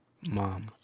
mom